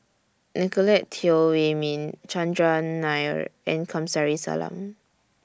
Nicolette Teo Wei Min Chandran Nair and Kamsari Salam